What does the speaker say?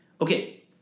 Okay